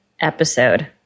episode